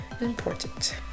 important